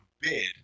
bid